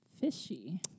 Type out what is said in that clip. Fishy